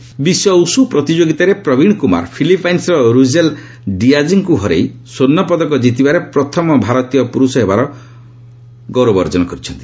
ଉଷୁ gold ବିଶ୍ୱ wushu ପ୍ରତିଯୋଗୀତାରେ ପ୍ରବୀଣ କୁମାର ଫିଲିପାଇନ୍ସର ରୁଜେଲ୍ ଡିଆଜ୍ଙ୍କୁ ହରାଇ ସ୍ୱର୍ଷପଦକ ଜିତିବାରେ ପ୍ରଥମ ଭାରତୀୟ ପୁରୁଷ ହେବାର ଗୌରବ ଅର୍ଜନ କରିଛନ୍ତି